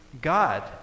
God